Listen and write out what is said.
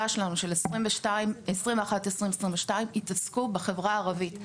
שלנו של 2021 2022 התעסקו בחברה הערבית.